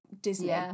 Disney